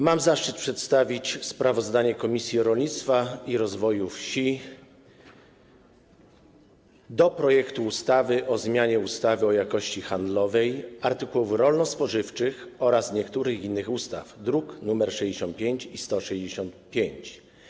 Mam zaszczyt przedstawić sprawozdanie Komisji Rolnictwa i Rozwoju Wsi o projekcie ustawy o zmianie ustawy o jakości handlowej artykułów rolno-spożywczych oraz niektórych innych ustaw, druki nr 65 i 165.